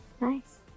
Nice